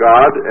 God